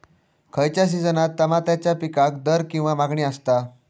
खयच्या सिजनात तमात्याच्या पीकाक दर किंवा मागणी आसता?